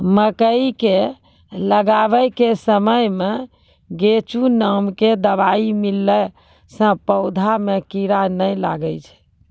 मकई के लगाबै के समय मे गोचु नाम के दवाई मिलैला से पौधा मे कीड़ा नैय लागै छै?